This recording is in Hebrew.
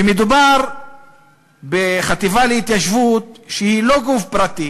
שמדובר בחטיבה להתיישבות, שהיא לא גוף פרטי,